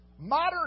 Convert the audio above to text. modern